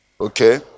Okay